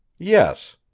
yes,